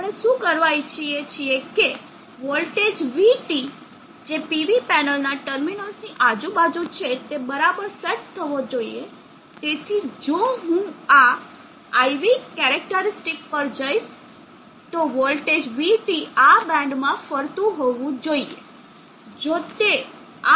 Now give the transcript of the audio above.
આપણે શું કરવા ઇચ્છીએ છીએ કે વોલ્ટેજ vT જે PV પેનલના ટર્મિનલ્સની આજુ બાજુ છે તે બરાબર સેટ થવો જોઈએ તેથી જો હું આ IV કેરેક્ટરીસ્ટીક પર જઈશ તો વોલ્ટેજ vT આ બેન્ડમાં ફરતું હોવું જોઈએ